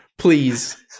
Please